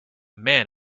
man